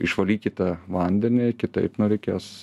išvalykite vandenį kitaip nu reikės